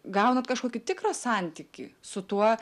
gaunat kažkokį tikrą santykį su tuo